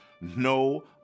no